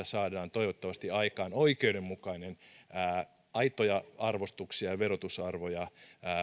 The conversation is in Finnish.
saadaan toivottavasti aikaan oikeudenmukainen aitoja arvostuksia ja verotusarvoja